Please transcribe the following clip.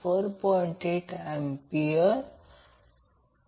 तर त्याचप्रमाणे I b VbnZ Y Ia angle 120° आहे